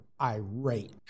irate